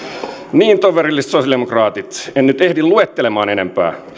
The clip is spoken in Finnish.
niin toverilliset sosialidemokraatit en nyt ehdi luettelemaan enempää